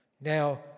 Now